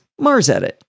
MarsEdit